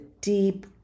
deep